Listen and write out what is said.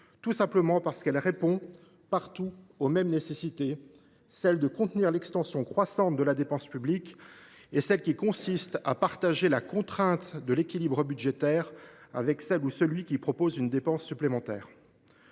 tout simplement parce qu’elle répond, partout, aux mêmes nécessités : celle de contenir l’extension croissante de la dépense publique, et celle qui consiste à partager la contrainte de l’équilibre budgétaire avec celle ou celui qui propose une dépense supplémentaire.